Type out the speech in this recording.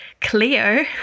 Cleo